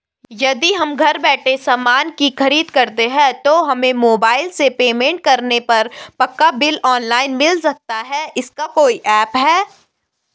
यदि हम घर बैठे सामान की खरीद करते हैं तो हमें मोबाइल से पेमेंट करने पर पक्का बिल ऑनलाइन मिल सकता है इसका कोई ऐप है